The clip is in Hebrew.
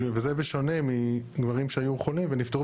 וזה בשונה מדברים שהיו חולים ונפטרו